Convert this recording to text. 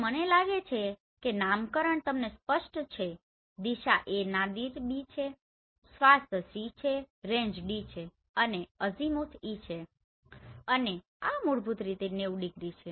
તો મને લાગે છે કે નામકરણ તમને સ્પષ્ટ છે દિશા A નાદીર B છે સ્વાથ C છે રેન્જ D છે અને અઝીમુથ E છે અને આ મૂળભૂત રીતે 90 ડિગ્રી છે